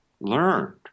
learned